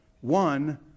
One